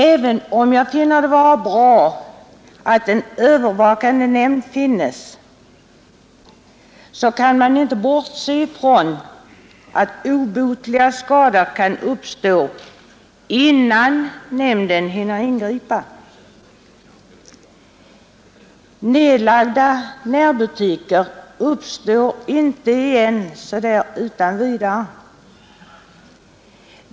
Även om jag finner det vara bra att en övervakande nämnd finns, så kan man inte bortse ifrån att obotliga skador kan uppkomma innan nämnden hinner ingripa. Nedlagda närbutiker återuppstår inte så där utan vidare.